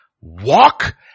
walk